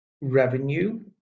revenue